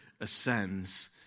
ascends